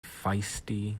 feisty